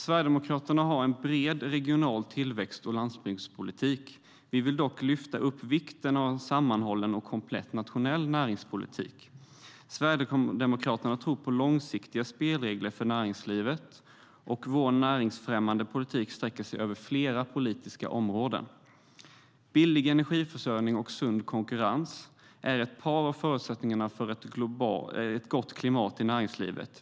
Sverigedemokraterna har en bred regional tillväxt och landsbygdspolitik. Vi vill dock lyfta upp vikten av en sammanhållen och komplett nationell näringspolitik. Sverigedemokraterna tror på långsiktiga spelregler för näringslivet, och vår näringsfrämjande politik sträcker sig över flera politiska områden. Billig energiförsörjning och sund konkurrens är ett par av förutsättningarna för ett gott klimat i näringslivet.